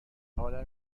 آدم